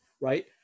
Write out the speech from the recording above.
Right